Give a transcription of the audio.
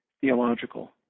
theological